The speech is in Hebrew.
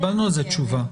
תשובה.